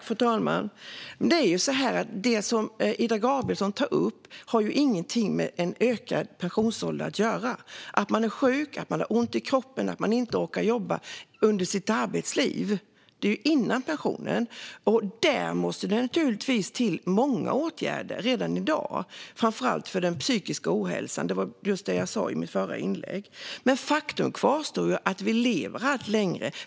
Fru talman! Det som Ida Gabrielsson tar upp har ingenting med en höjd pensionsålder att göra. Om människor är sjuka, har ont i kroppen och inte orkar jobba under sitt arbetsliv, det vill säga före pensionen, måste det naturligtvis till många åtgärder redan i dag. Det gäller framför allt den psykiska ohälsan. Det var det jag sa i mitt förra inlägg. Faktum kvarstår - vi lever allt längre.